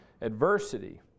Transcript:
adversity